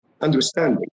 understanding